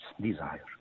desire